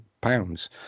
pounds